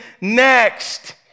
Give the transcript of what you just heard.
next